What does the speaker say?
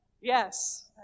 Yes